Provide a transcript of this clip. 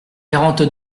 quarante